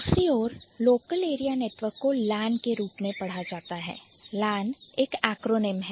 दूसरी ओर Local Area Network को LAN के रूप में पढ़ा जाता है LAN एक Acronym है